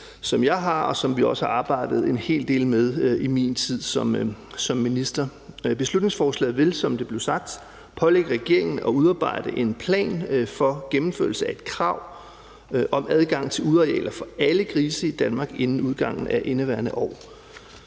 som jeg har, og som vi også har arbejdet en hel del med i min tid som minister. Beslutningsforslaget vil, som det blev sagt, pålægge regeringen at udarbejde en plan for gennemførelse af et krav om adgang til udearealer for alle grise i Danmark inden udgangen af indeværende år.